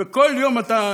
וכל יום אתה,